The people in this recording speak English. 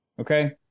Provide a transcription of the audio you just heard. okay